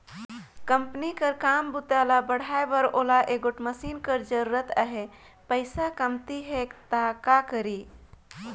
Company कर काम बूता ल बढ़ाए बर ओला एगोट मसीन कर जरूरत अहे, पइसा कमती हे त का करी?